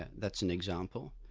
yeah that's an example.